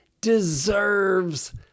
deserves